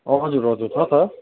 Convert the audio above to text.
हजुर हजुर छ त